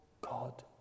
God